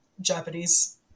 japanese